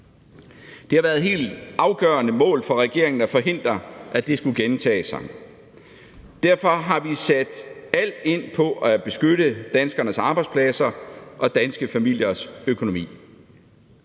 Det har været et helt afgørende mål for regeringen at forhindre, at det skulle gentage sig. Derfor har vi sat alt ind på at beskytte danskernes arbejdspladser og danske familiers økonomi.